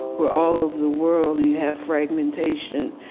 where all over the world you have fragmentation.